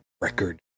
record